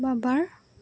ববাৰ